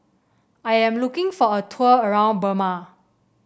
I am looking for a tour around Burma